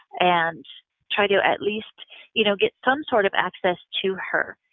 and try to at least you know get some sort of access to her.